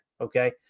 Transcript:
Okay